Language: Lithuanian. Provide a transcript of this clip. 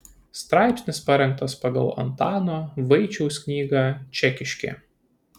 straipsnis parengtas pagal antano vaičiaus knygą čekiškė